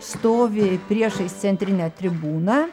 stovi priešais centrinę tribūną